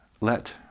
Let